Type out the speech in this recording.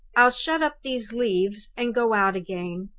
i'll shut up these leaves and go out again.